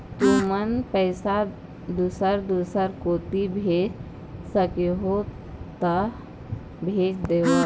तुमन पैसा दूसर दूसर कोती भेज सखीहो ता भेज देवव?